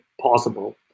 possible